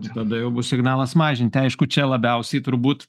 tada jau bus signalas mažint aišku čia labiausiai turbūt